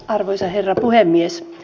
arvoisa herra puhemies